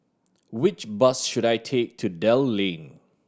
which bus should I take to Dell Lane